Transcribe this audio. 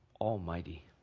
almighty